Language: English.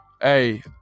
hey